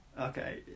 Okay